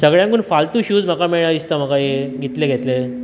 सगळ्यांकून फालतू शूज म्हाका मेळ्ळ्या दिसता म्हाका हे इतले शूज घेतला